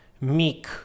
meek